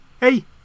hey